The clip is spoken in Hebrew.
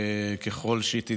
ככל שהיא תידרש.